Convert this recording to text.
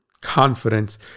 confidence